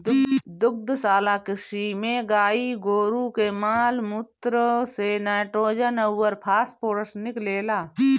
दुग्धशाला कृषि में गाई गोरु के माल मूत्र से नाइट्रोजन अउर फॉस्फोरस निकलेला